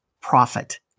Profit